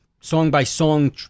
song-by-song